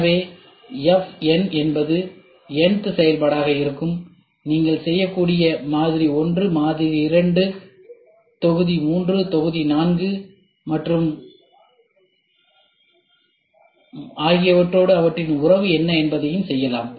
எனவே Fn என்பது n th செயல்பாடாக இருக்கும் நீங்கள் செய்யக்கூடிய மாதிரி 1 மாதிரி 2 தொகுதி 3 தொகுதி 4 மற்றும் முதலியவற்றோடு அவற்றின் உறவு என்ன என்பதை செய்யலாம்